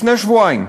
לפני שבועיים,